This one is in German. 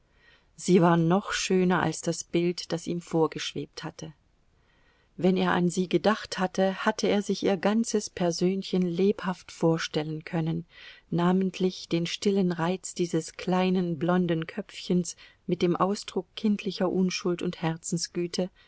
sie war noch schöner als das bild das ihm vorgeschwebt hatte wenn er an sie gedacht hatte hatte er sich ihr ganzes persönchen lebhaft vorstellen können namentlich den stillen reiz dieses kleinen blonden köpfchens mit dem ausdruck kindlicher unschuld und herzensgüte